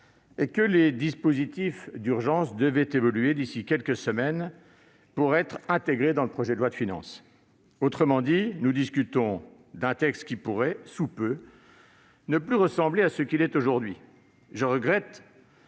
et que les dispositifs d'urgence devraient évoluer d'ici quelques semaines, pour être intégrés dans le projet de loi de finances. Autrement dit, nous discutons d'un texte qui pourrait, sous peu, ne plus ressembler à ce qu'il est aujourd'hui. Par respect